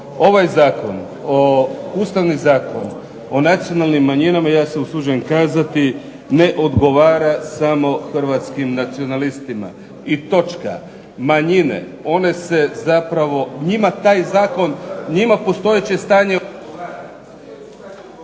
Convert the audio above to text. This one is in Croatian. Ovaj zakon, Ustavni zakon o nacionalnim manjinama ja se usuđujem kazati ne odgovara samo hrvatskim nacionalistima i točka. Manjine, one se zapravo, njima taj zakon, njima postojeće stanje odgovara